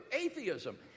atheism